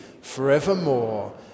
forevermore